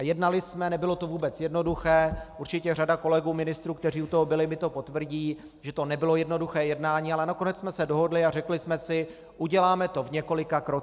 Jednali jsme, a nebylo to vůbec jednoduché, určitě řada kolegů ministrů, kteří u toho byli, mi to potvrdí, že to nebylo jednoduché jednání, ale nakonec jsme se dohodli a řekli jsme si: Uděláme to v několika krocích.